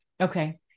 Okay